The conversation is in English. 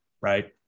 right